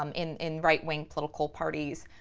um in in right-wing political parties,